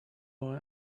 boy